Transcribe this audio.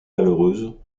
malheureuses